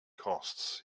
costs